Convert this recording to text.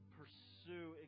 pursue